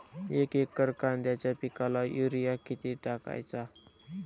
एक एकर कांद्याच्या पिकाला युरिया किती टाकायचा?